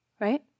Right